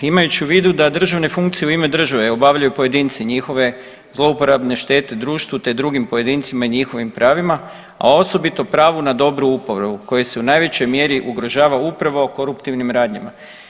Imajući u vidu da državne funkcije u ime države obavljaju pojedinci i njihove zlouporabe štete društvu, te drugim pojedincima i njihovim pravima, a osobito pravu na dobru uporabu koju se u najvećoj mjeri ugrožava koruptivnim radnjama.